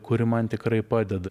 kuri man tikrai padeda